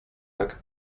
jak